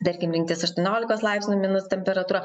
tarkim rinktis aštuoniolikos laipsnių minus temperatūrą